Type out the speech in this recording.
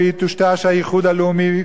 ויטושטש הייחוד הלאומי,